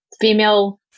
female